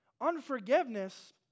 unforgiveness